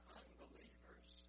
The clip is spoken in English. unbelievers